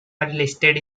listed